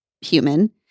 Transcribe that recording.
human